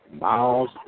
Miles